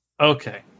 Okay